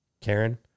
Karen